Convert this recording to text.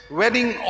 wedding